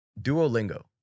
Duolingo